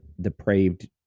depraved